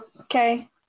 Okay